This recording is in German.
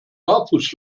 barfuß